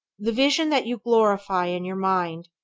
the vision that you glorify in your mind,